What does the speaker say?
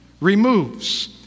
removes